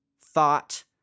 thought